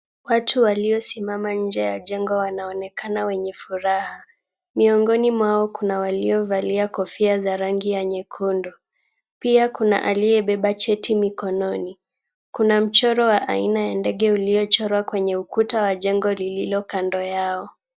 Watu waliosimama nje ya jengo wanaonekana wenye furaha. Miongoni mwao kuna waliovalia kofia za rangi ya nyekundu. Pia kuna aliyebeba cheti mikononi. Kuna mchoro wa aina ya ndege uliochorwa kwenye ukuta wa jengo lililo kando yao.